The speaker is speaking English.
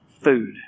food